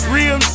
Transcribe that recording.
Real